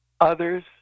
others